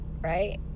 right